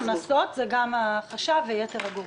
ובצד ההכנסות זה גם החשב ויתר הגורמים?